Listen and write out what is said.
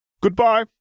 Goodbye